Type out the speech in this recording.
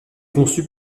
conçue